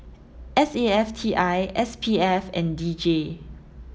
S A F T I S P F and D J